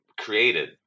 created